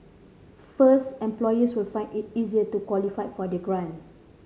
first employers will find it easier to qualify for the grant